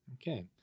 okay